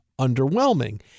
underwhelming